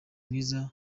mwiza